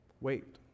Wait